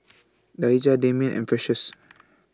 Daija Damian and Precious